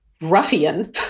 ruffian